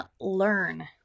learn